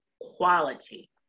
quality